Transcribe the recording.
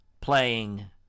playing